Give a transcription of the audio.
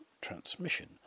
transmission